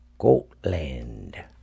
Scotland